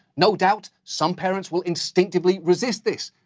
no doubt, some parents will instinctively resist this.